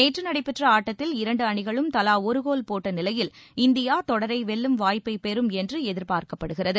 நேற்று நடைபெற்ற ஆட்டத்தில் இரண்டு அணிகளும் தலா ஒரு கோல் போட்ட நிலையில் இந்தியா தொடரை வெல்லும் வாய்பபை பெறும் என்று எதிர்பார்க்கப்படுகிறது